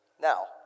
Now